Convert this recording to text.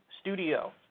studio